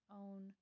own